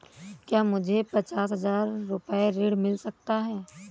क्या मुझे पचास हजार रूपए ऋण मिल सकता है?